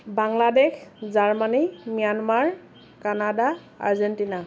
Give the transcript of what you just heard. Bangladesh Germany Myanmar Canada Argentina